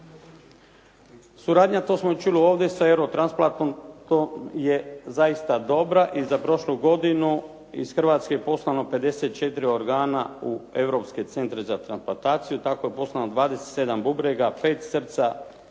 Suradnja, to smo čuli ovdje, sa Eurotransplantom je zaista dobra i za prošlu godinu iz Hrvatske je poslano 54 organa u europske centre za transplantaciju. Tako je poslano 27 bubrega, 5 srca,